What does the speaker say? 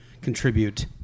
contribute